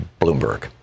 Bloomberg